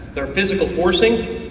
there are physical forcing,